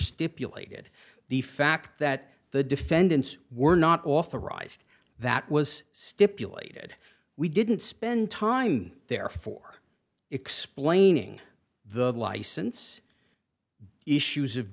stipulated the fact that the defendants were not authorized that was stipulated we didn't spend time there for explaining the license issues of